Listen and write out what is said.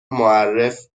معرف